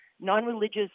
non-religious